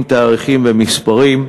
עם תאריכים ומספרים,